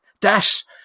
dash